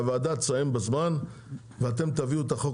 שהוועדה תסיים בזמן ואתם תביאו את החוק